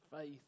faith